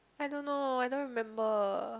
I don't know I don't remember